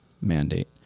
mandate